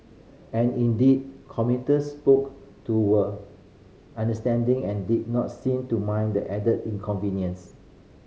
and indeed commuters spoke to were understanding and did not seem to mind the added inconvenience